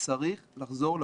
צריך לחזור לבסיס,